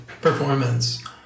performance